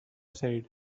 said